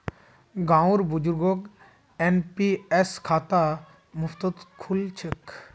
गांउर बुजुर्गक एन.पी.एस खाता मुफ्तत खुल छेक